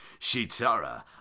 Shitara